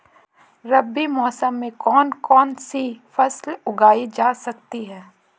रबी मौसम में कौन कौनसी फसल उगाई जा सकती है?